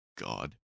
God